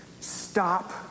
Stop